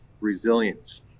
resilience